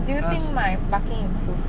do you think my parking improved